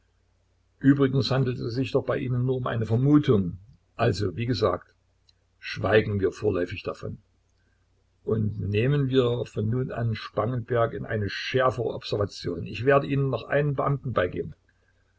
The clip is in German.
übrigens handelt es sich doch bei ihnen nur um eine vermutung also wie gesagt schweigen wir vorläufig davon und nehmen wir von nun an spangenberg in eine schärfere observation ich werde ihnen noch einen beamten beigeben